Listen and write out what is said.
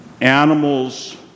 animals